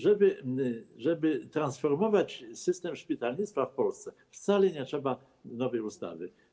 Żeby transformować system szpitalnictwa w Polsce, wcale nie trzeba nowej ustawy.